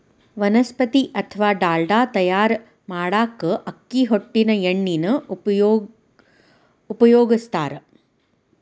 ವನಸ್ಪತಿ ಅತ್ವಾ ಡಾಲ್ಡಾ ತಯಾರ್ ಮಾಡಾಕ ಅಕ್ಕಿ ಹೊಟ್ಟಿನ ಎಣ್ಣಿನ ಉಪಯೋಗಸ್ತಾರ